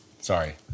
Sorry